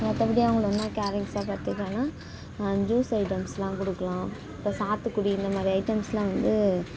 மற்றபடி அவங்கள என்ன கேரிங்ஸ்சாக பார்த்துப்பேன்னா ஜூஸ் ஐட்டம்ஸ்லாம் கொடுக்கலாம் இப்போது சாத்துக்குடி இந்தமாதிரி ஐட்டம்ஸ்லாம் வந்து